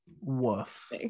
woof